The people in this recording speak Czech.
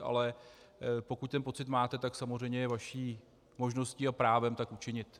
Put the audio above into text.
Ale pokud ten pocit máte, tak samozřejmě je vaší možností a právem tak učinit.